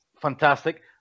Fantastic